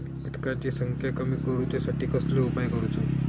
किटकांची संख्या कमी करुच्यासाठी कसलो उपाय करूचो?